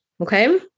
Okay